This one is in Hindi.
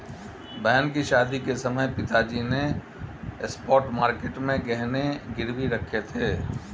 बहन की शादी के समय पिताजी ने स्पॉट मार्केट में गहने गिरवी रखे थे